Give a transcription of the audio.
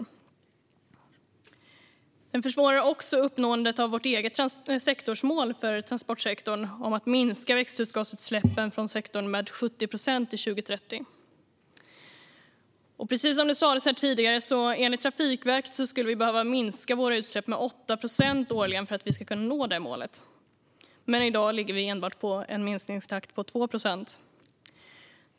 Budgetramarna försvårar också uppnåendet av vårt eget sektorsmål för transportsektorn om att minska växthusgasutsläppen från sektorn med 70 procent till 2030. Precis som sas här tidigare skulle vi enligt Trafikverket behöva minska våra utsläpp med 8 procent årligen för att nå målet. Men i dag ligger vi enbart på en minskningstakt på 2 procent.